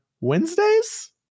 Wednesdays